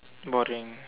boring